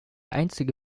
einzige